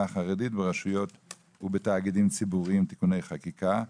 החרדית ברשויות ובתאגידים ציבוריים (תיקוני חקיקה),